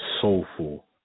soulful